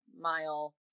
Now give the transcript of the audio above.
mile